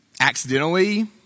accidentally